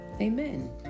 amen